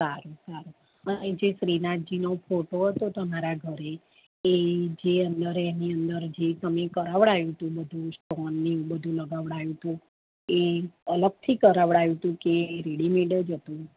સારું સારું અને જે શ્રીનાથજીનો ફોટો હતો તમારા ઘરે એ જે અંદર એની અંદર જે તમે કરાવળાયું તું બધુ સ્ટોનને એવું બધુ લગાવળાયુ તું એ અલગથી કરાવળાયું તું કે રેડિમેડજ હતું